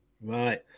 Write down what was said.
Right